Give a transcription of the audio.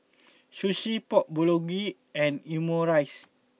Sushi Pork Bulgogi and Omurice